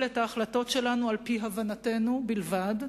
את ההחלטות שלנו על-פי הבנתנו בלבד,